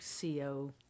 co